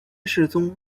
世宗